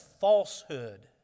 falsehood